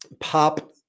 pop